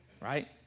right